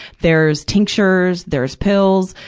there's tinctures. there's pills.